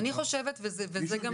אני חושבת וזה גם,